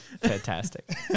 Fantastic